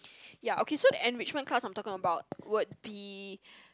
ya okay so the enrichment class I'm talking about would be